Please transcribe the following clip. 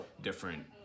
different